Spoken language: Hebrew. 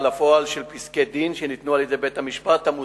לפועל של פסקי-דין שניתנו על-ידי בתי-המשפט המוסמכים.